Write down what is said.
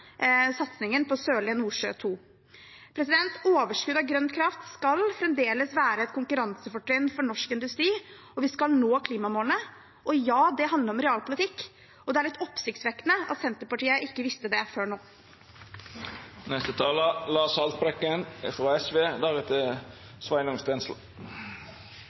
satsingen på Sørlige Nordsjø II. Overskuddet av grønn kraft skal fremdeles være et konkurransefortrinn for norsk industri, og vi skal nå klimamålene. Og ja, det handler om realpolitikk – og det er litt oppsiktsvekkende at Senterpartiet ikke visste det før